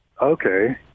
Okay